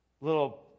little